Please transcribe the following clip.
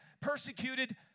persecuted